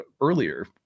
earlier